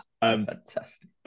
Fantastic